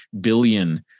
billion